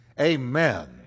Amen